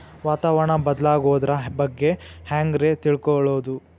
ವಾತಾವರಣ ಬದಲಾಗೊದ್ರ ಬಗ್ಗೆ ಹ್ಯಾಂಗ್ ರೇ ತಿಳ್ಕೊಳೋದು?